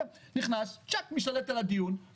משתלט על הדיון,